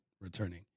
returning